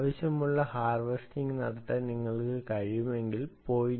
ആവശ്യമുള്ള ഹാർവെസ്റ്റിംഗ് നടത്താൻ നിങ്ങൾക്ക് കഴിയുമെങ്കിൽ 0